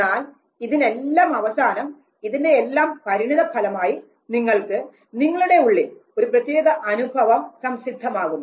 എന്നാൽ ഇതിനെല്ലാമവസാനം ഇതിനെ്റയെല്ലാം പരിണിതഫലമായി നിങ്ങൾക്ക് നിങ്ങളുടെ ഉള്ളിൽ ഒരു പ്രത്യേക അനുഭവം സംസിദ്ധമാകുന്നു